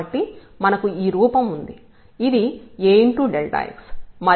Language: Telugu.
కాబట్టి మనకు ఈ రూపం ఉంది ఇది Ax మరియు ఇది x